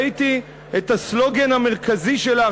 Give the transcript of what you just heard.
ראיתי את הסלוגן המרכזי שלך,